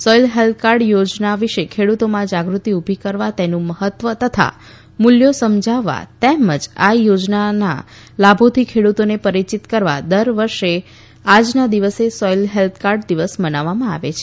soil health card યોજના વિશે ખેડુતોમાં જાગૃતિ ઉભી કરવા તેનુ મહત્વ તથા મુલ્ય સમજાવવા તેમજ આ યોજનાના લાભોથી ખેડુતોને પરીયીત કરવા દર વર્ષે આજના દિવસે સોઇલ હેલ્થ કાર્ડ દિવસ મનાવવામાં આવે છે